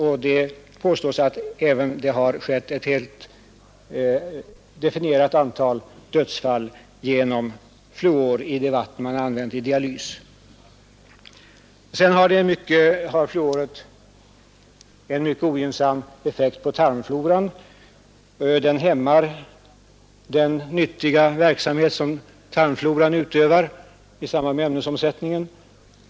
Ett definierat antal dödsfall påstås också ha inträffat på grund av att man vid dialysen har använt vatten som innehållit fluor. Vidare har fluor en mycket ogynnsam effekt på tarmfloran och hämmar alltså den nyttiga funktion som tarmfloran har i ämnesomsättningen.